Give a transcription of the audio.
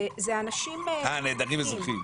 מדובר בנעדרים אזרחיים.